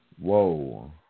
Whoa